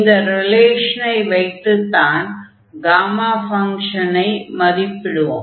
இந்த ரிலேஷனை வைத்துத்தான் காமா ஃபங்ஷனை மதிப்பிடுவோம்